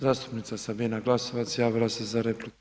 Zastupnica Sabina Glasovac javila se za repliku.